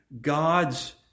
God's